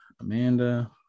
Amanda